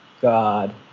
God